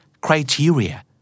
criteria